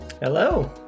Hello